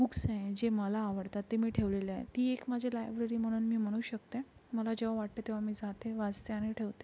books आहे जे मला आवडतात ते मी ठेवलेले आहे ती एक माझी लायब्ररी म्हणून मी म्हणू शकते मला जेव्हा वाटते तेव्हा मी जाते वाचते आणि ठेवते